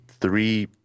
three